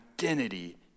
identity